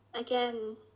Again